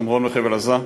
שומרון וחבל-עזה,